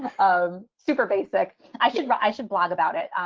um super basic. i should write i should blog about it.